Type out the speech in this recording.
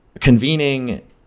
convening